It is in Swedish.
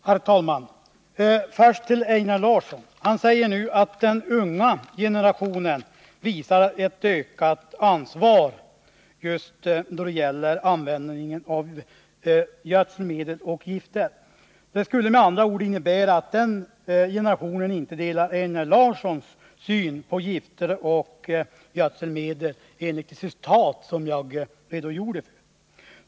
Herr talman! Först till Einar Larsson. Han säger nu att den unga generationen visar ett ökat ansvar just då det gäller användningen av gödningsmedel och gifter. Det skulle med andra ord innebära att denna generation inte delar Einar Larssons syn på gifter och gödningsmedel enligt vad jag citerade.